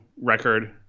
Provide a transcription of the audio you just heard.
record